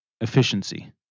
efficiency